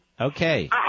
Okay